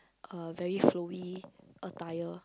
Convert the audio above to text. uh very Flowy attire